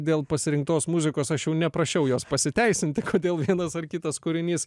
dėl pasirinktos muzikos aš jau neprašiau jos pasiteisinti kodėl vienas ar kitas kūrinys